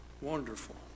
wonderful